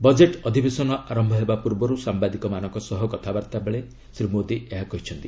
budget ଅଧିବେସନ ଆରମ୍ଭ ହେବା ପୂର୍ବରୁ ସାମ୍ଭାଦିକମାନଙ୍କ ସହ କଥାବାର୍ତ୍ତା କରି ଶ୍ରୀ ମୋଦି ଏହା କହିଛନ୍ତି